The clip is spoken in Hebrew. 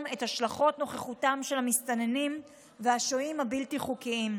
מהשלכות נוכחותם של המסתננים והשוהים הבלתי-חוקיים בישראל.